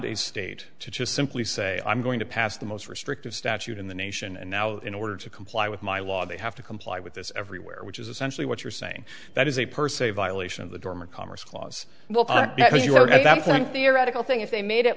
a state to just simply say i'm going to pass the most restrictive statute in the nation and now in order to comply with my law they have to comply with this everywhere which is essentially what you're saying that is a per se violation of the dormant commerce clause because you are at that point theoretical thing if they made it